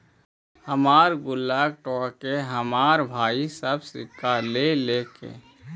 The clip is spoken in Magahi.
हमर गुल्लक तोड़के हमर भाई सब सिक्का ले लेलके